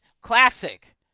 classic